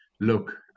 look